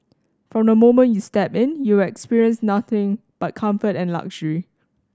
from the moment you step in you will experience nothing but comfort and luxury